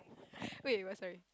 wait what sorry